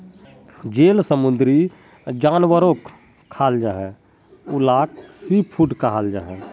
जेल समुंदरी जानवरोक खाल जाहा उलाक सी फ़ूड कहाल जाहा